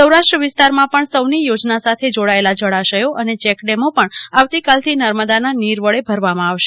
સૌરાષ્ટ્ર વિસ્તારમાં પણ સૌની યોજના સાથે જોડાયેલા જળાશયો અને ચેકડેમો પણ આવતીકાલથી નર્મદાના નીર વડે ભરવામાં આવશે